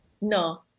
No